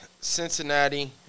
Cincinnati